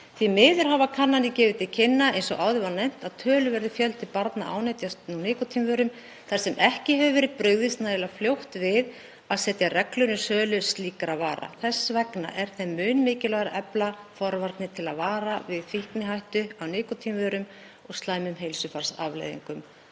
Því miður hafa kannanir gefið til kynna, eins og áður var nefnt, að töluverður fjöldi barna, ánetjast nú nikótínvörum þar sem ekki hefur verið brugðist nægilega fljótt við að setja reglur um sölu slíkra vara. Þess vegna er þeim mun mikilvægara að efla forvarnir til að vara við fíknihættu af nikótínvörum og slæmum heilsufarsafleiðingum